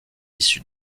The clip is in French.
issue